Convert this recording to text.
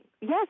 Yes